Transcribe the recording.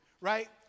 right